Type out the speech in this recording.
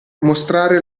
mostrare